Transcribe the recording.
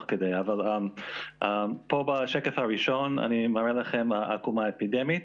פה בשקף הראשון אני מראה לכם עקומה אפידמית.